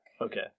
Okay